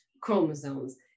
chromosomes